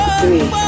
three